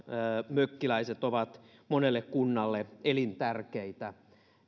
mökkiläiset ovat monelle kunnalle elintärkeitä